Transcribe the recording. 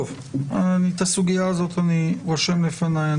הסוגיה הזאת, אני רושם לפניי.